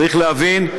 צריך להבין: